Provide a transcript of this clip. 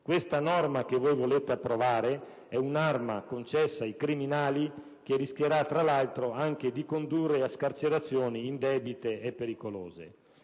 Questa norma che voi volete approvare è un'arma concessa ai criminali che rischierà, tra l'altro, anche di condurre a scarcerazioni indebite e pericolose.